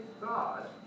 God